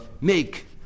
make